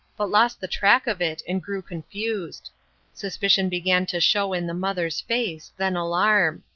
but lost the track of it and grew confused suspicion began to show in the mother's face, then alarm.